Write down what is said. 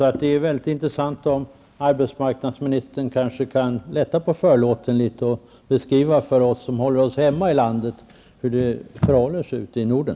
Det skulle vara intressant om arbetsmarknadsministern lättade på förlåten och beskrev för oss som håller oss hemma i landet hur det förhåller sig i övriga